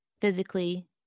physically